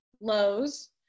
Lowe's